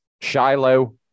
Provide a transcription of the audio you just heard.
Shiloh